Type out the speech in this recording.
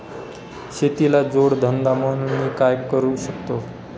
शेतीला जोड धंदा म्हणून मी काय करु शकतो?